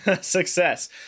Success